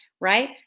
right